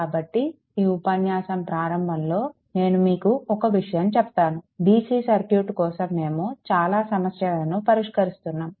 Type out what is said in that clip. కాబట్టి ఈ ఉపన్యాసం ప్రారంభంలో నేను మీకు ఒక విషయం చెప్తాను DC సర్క్యూట్ కోసం మేము చాలా సమస్యలను పరిష్కరిస్తున్నాము